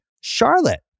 Charlotte